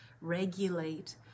Regulate